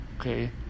okay